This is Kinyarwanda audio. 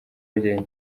bagiranye